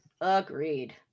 Agreed